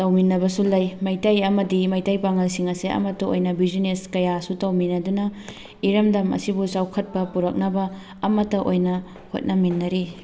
ꯇꯧꯃꯤꯟꯅꯕꯁꯨ ꯂꯩ ꯃꯩꯇꯩ ꯑꯃꯗꯤ ꯃꯩꯇꯩ ꯄꯥꯉꯜꯁꯤꯡ ꯑꯁꯦ ꯑꯃꯠꯇ ꯑꯣꯏꯅ ꯕꯤꯖꯤꯅꯦꯁ ꯀꯌꯥꯁꯨ ꯇꯧꯃꯤꯟꯅꯗꯨꯅ ꯏꯔꯝꯗꯝ ꯑꯁꯤꯕꯨ ꯆꯥꯎꯈꯠꯄ ꯄꯨꯔꯛꯅꯕ ꯑꯃꯠꯇ ꯑꯣꯏꯅ ꯍꯣꯠꯅꯃꯤꯟꯅꯔꯤ